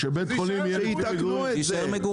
שיתקנו את זה.